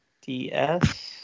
DS